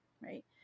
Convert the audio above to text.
Right